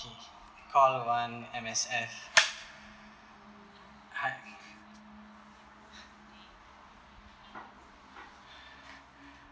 call one M_S_F hi